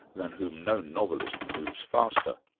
than whom no novelist moves faster'.